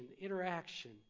interaction